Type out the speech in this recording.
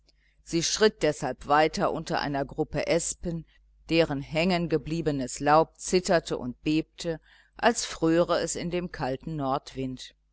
sie schritt deshalb weiter unter einer gruppe espen deren hängengebliebenes laub zitterte und bebte als fröre es in dem kalten nordwind